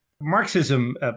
Marxism